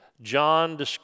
John